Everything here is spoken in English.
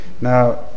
now